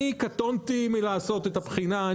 אני קטונתי מלעשות את הבחינה.